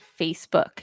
Facebook